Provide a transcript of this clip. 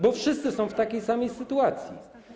Bo wszyscy są w takiej samej sytuacji.